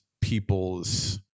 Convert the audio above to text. people's